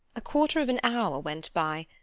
a quarter of an hour went by,